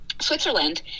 Switzerland